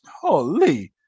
holy